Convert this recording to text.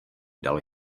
dal